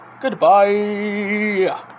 Goodbye